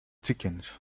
chickens